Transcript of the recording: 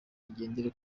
igendere